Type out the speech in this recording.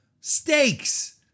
steaks